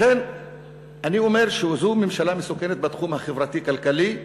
לכן אני אומר שזו ממשלה מסוכנת בתחום החברתי-כלכלי,